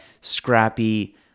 scrappy